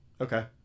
Okay